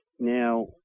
Now